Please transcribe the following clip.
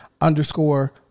underscore